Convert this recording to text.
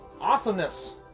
Awesomeness